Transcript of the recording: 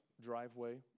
driveway